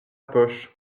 poche